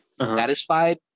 satisfied